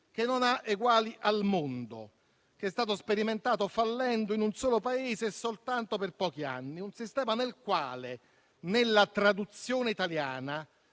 che non ha eguali al mondo e che è stato sperimentato, con esito fallimentare, in un solo Paese soltanto per pochi anni. È un sistema nel quale, nella traduzione italiana,